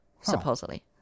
supposedly